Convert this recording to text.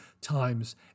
times